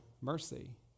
mercy